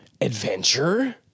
Adventure